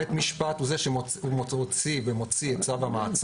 בית משפט הוא זה שהוציא ומוציא את צו המעצר.